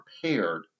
prepared